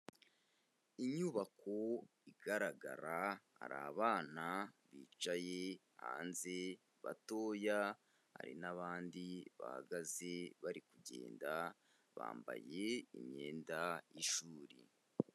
Inyubako igaragara hari abana bicaye hanze batoya, hari n'abandi bahagaze bari kugenda, bambaye imyenda y'ishuri.